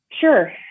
Sure